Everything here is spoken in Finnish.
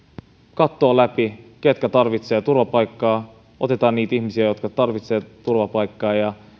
katsoo läpi ketkä tarvitsevat turvapaikkaa otetaan niitä ihmisiä jotka tarvitsevat turvapaikkaa ja